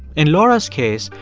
in laura's case,